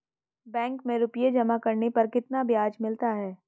Bank में रुपये जमा करने पर कितना ब्याज मिलता है?